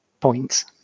points